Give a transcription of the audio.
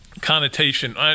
connotation